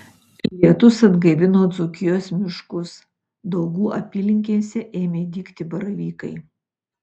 lietūs atgaivino dzūkijos miškus daugų apylinkėse ėmė dygti baravykai